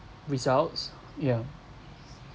results yeah